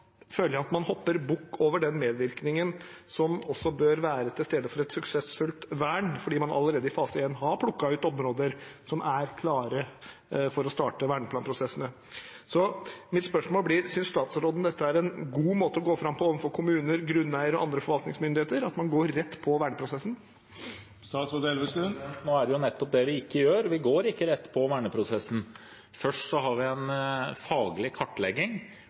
at man hopper bukk over den medvirkningen som også bør være til stede for et suksessfullt vern, fordi man allerede i fase 1 har plukket ut områder som er klare for å starte verneplanprosessene. Så mitt spørsmål blir: Synes statsråden dette er en god måte å gå fram på overfor kommuner, grunneiere og andre forvaltningsmyndigheter, at man går rett på verneprosessen? Nå er det jo nettopp det vi ikke gjør; vi går ikke rett på verneprosessen. Først har vi en faglig kartlegging,